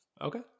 Okay